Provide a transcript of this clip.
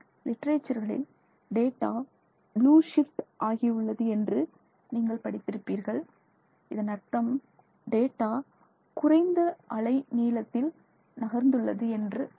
லிட்டரேச்சர்களில் data blue shift ஆகியுள்ளது என்று நீங்கள் படித்திருப்பீர்கள் இதன் அர்த்தம் டேட்டா குறைந்த அலை நீளத்தில் நகர்ந்துள்ளது என்று அர்த்தம்